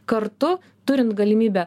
kartu turint galimybę